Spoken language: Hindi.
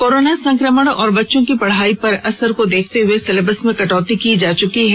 कोरोना संक्रमण और बच्चों की पढ़ाई पर असर को देखते हुए सिलेबस में कटौती की जा चुकी है